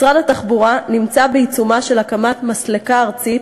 משרד התחבורה נמצא בעיצומה של הקמת מסלקה ארצית